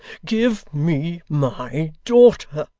give me my daughter